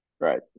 Right